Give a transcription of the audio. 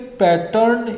pattern